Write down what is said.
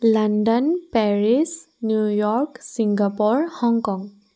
London Paris New York Singapore Hong Kong